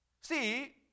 See